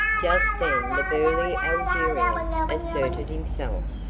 just then the burly algerian asserted himself.